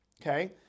Okay